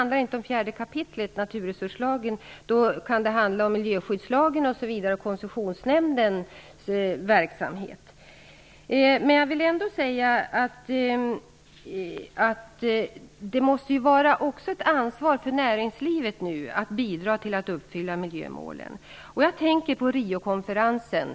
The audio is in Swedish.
Då är miljöskyddslagen tillämplig och även Det måste också vara ett ansvar för näringslivet att bidra till att uppfylla miljömålen. Jag tänker på Rio-konferensen.